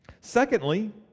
Secondly